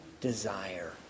desire